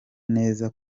neza